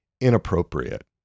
inappropriate